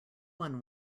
one